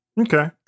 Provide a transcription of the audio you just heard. Okay